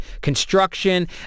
construction